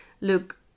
look